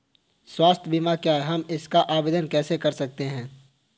स्वास्थ्य बीमा क्या है हम इसका आवेदन कैसे कर सकते हैं?